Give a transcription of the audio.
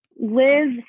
live